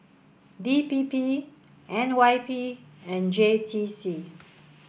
D P P N Y P and J T C